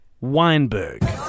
Weinberg